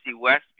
West